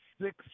six